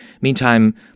Meantime